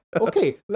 Okay